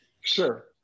Sure